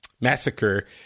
massacre